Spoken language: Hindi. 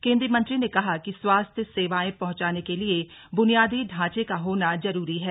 केंद्रीय मंत्री ने कहा कि स्वास्थ्य सेवायें पहुंचाने के लिये बुनियादी ढांचे का होना जरूरी है